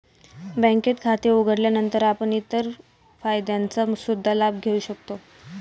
बँकेत खाते उघडल्यानंतर आपण इतर फायद्यांचा सुद्धा लाभ घेऊ शकता